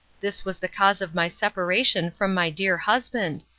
this was the cause of my separation from my dear husband,